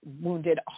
wounded